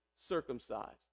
circumcised